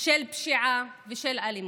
של פשיעה ושל אלימות.